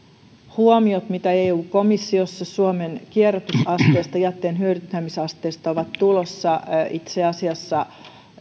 huomiot mitä eu komissiossa suomen kierrätysasteesta jätteen hyödyntämisasteesta on tulossa itse asiassa